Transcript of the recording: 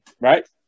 Right